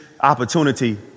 opportunity